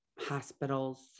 hospitals